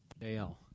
Dale